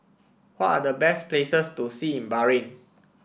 what are the best places to see in Bahrain